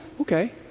okay